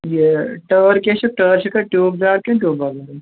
یہِ ٹٲر کیٛاہ چھِ ٹٲر چھِکھا ٹیٛوٗب دار کِنہٕ ٹیٛوٗبہٕ بغٲرٕے